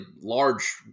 large